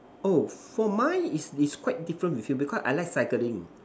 oh for mine is is quite different with you because I like cycling